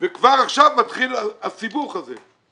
וכבר עכשיו מתחיל הסיבוך הזה.